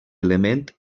element